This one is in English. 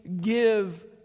give